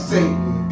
Satan